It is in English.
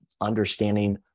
understanding